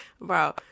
Bro